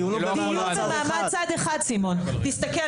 הדיון הוא במעמד צד אחד, סימון, תסתכל